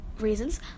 reasons